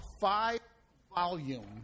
five-volume